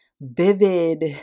vivid